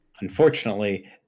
Unfortunately